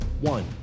one